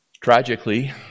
Tragically